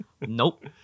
nope